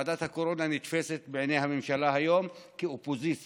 ועדת הקורונה נתפסת בעיני הממשלה היום כאופוזיציה.